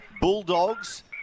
Bulldogs